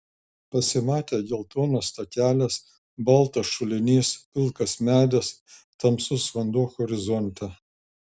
pasimatė geltonas takelis baltas šulinys pilkas medis tamsus vanduo horizonte